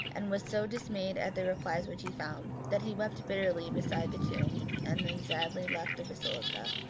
and was so dismayed at the replies which he found, that he wept bitterly beside the tomb, and then sadly left the basilica.